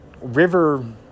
river